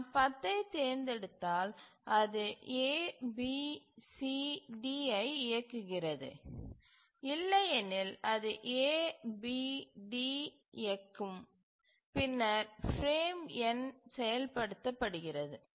நாம் 10 ஐத் தேர்ந்தெடுத்தால் அது A B C D ஐ இயக்குகிறது இல்லையெனில் அது A B D இயக்கும் பின்னர் பிரேம் எண் செயல்படுத்தப்படுகிறது